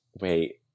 Wait